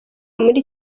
muri